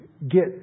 get